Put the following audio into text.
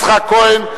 יצחק כהן,